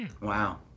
Wow